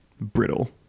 brittle